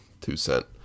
two-cent